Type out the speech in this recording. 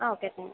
okay fine